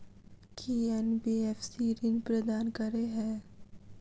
की NBFC ऋण प्रदान करे है?